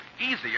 easier